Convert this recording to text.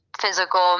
physical